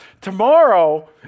tomorrow